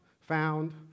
found